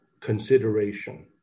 consideration